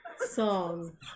song